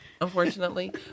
unfortunately